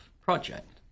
project